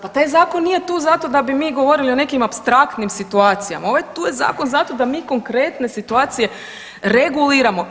Pa taj zakon nije tu zato da bi mi govorili o nekim apstraktnim situacijama, ovaj tu je zakon zato da mi konkretne situacije reguliramo.